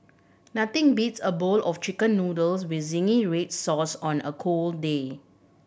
nothing beats a bowl of Chicken Noodles with zingy red sauce on a cold day